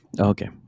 Okay